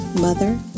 mother